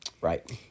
Right